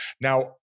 Now